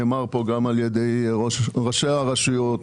נאמר כאן גם על ידי ראשי הרשויות,